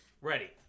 Ready